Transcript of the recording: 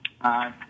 Aye